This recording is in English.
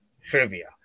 trivia